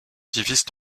divisent